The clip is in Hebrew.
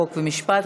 חוק ומשפט,